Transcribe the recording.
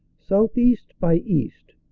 southeast by east,